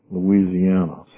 Louisiana